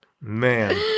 Man